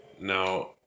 now